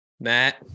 Matt